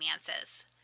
finances